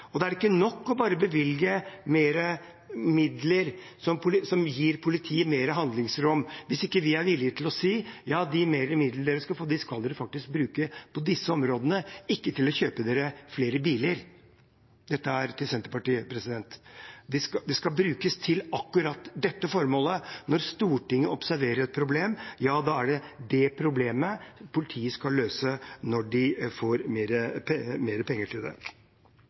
er det ikke nok bare å bevilge mer midler som gir politiet mer handlingsrom, hvis vi ikke er villige til å si: De ekstra midlene dere får, skal dere faktisk bruke på disse områdene, ikke til å kjøpe dere flere biler. – Dette er til Senterpartiet. De midlene skal brukes til akkurat dette formålet. Når Stortinget observerer et problem, ja, da er det det problemet politiet skal løse når de får mer penger til det.